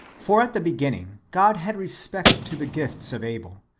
for at the beginning god had respect to the gifts of abel,